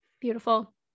Beautiful